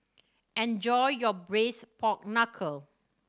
enjoy your Braised Pork Knuckle